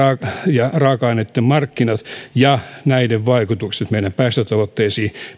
ja raaka aineitten markkinat ja näiden vaikutukset meidän päästötavoitteisiin